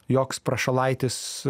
joks prašalaitis